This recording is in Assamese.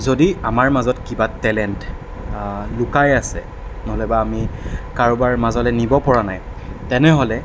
যদি আমাৰ মাজত কিবা টেলেণ্ট লুকাই আছে নহ'লেবা আমি কাৰোবাৰ মাজলৈ নিব পৰা নাই তেনেহ'লে